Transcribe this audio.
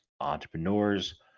entrepreneurs